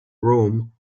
room